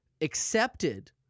accepted